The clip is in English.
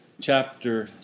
chapter